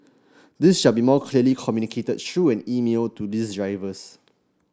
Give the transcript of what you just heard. this shall be clearly communicated through an email to these drivers